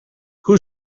who